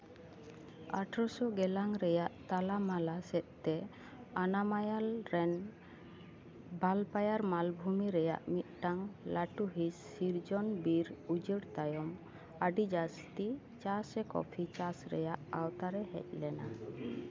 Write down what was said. ᱟᱴᱷᱨᱚ ᱥᱚ ᱜᱮᱞᱟᱝ ᱨᱮᱭᱟᱜ ᱛᱟᱞᱟᱢᱟᱞᱟ ᱥᱮᱫᱛᱮ ᱟᱱᱟᱢᱟᱭᱟᱞ ᱨᱮᱱ ᱵᱷᱟᱞᱯᱟᱭᱟᱨ ᱢᱟᱞᱵᱷᱩᱢᱤ ᱨᱮᱭᱟᱜ ᱢᱤᱫᱴᱟᱝ ᱞᱟᱹᱴᱩ ᱦᱤᱸᱥ ᱥᱤᱨᱡᱚᱱ ᱵᱤᱨ ᱩᱡᱟᱹᱲ ᱛᱟᱭᱚᱢ ᱟᱹᱰᱤ ᱡᱟᱥᱛᱤ ᱪᱟ ᱥᱮ ᱠᱚᱯᱷᱤ ᱪᱟᱥ ᱨᱮᱭᱟᱜ ᱟᱣᱛᱟᱨᱮ ᱦᱮᱡ ᱞᱮᱱᱟ